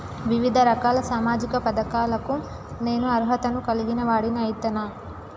వివిధ రకాల సామాజిక పథకాలకు నేను అర్హత ను కలిగిన వాడిని అయితనా?